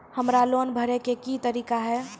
हमरा लोन भरे के की तरीका है?